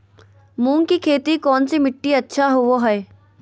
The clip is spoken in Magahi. मूंग की खेती कौन सी मिट्टी अच्छा होबो हाय?